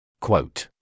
Quote